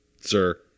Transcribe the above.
Sir